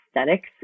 aesthetics